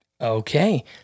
Okay